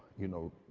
you know,